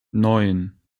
neun